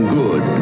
good